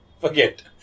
forget